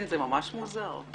כן, זה ממש מוזר.